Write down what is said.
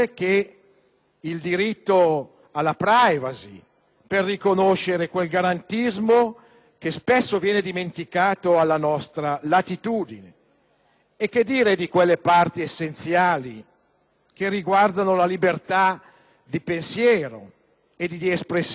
il diritto alla *privacy* e per riconoscere quel garantismo spesso dimenticato alla nostra latitudine. Che dire poi di quelle parti essenziali riguardanti la libertà di pensiero e di espressione,